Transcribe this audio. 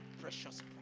Precious